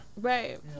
right